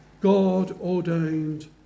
God-ordained